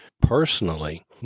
personally